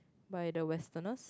by the westerners